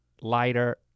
lighter